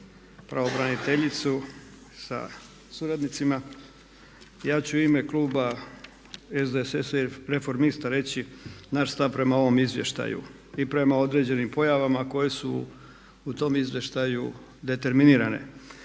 pravobraniteljicu sa suradnicima. Ja ću u ime kluba SDSS-a i Reformista reći naš stav prema ovom izvještaju i prema određenim pojavama koje su u tom izvještaju determinirane.